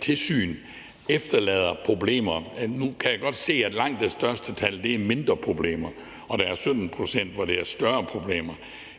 tilsyn efterlader problemer. Nu kan jeg godt se, at langt det største tal er om mindre problemer, og at der er 17 pct., hvor det er om større problemer,